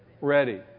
ready